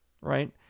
right